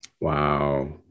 Wow